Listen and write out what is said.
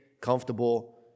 comfortable